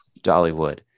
dollywood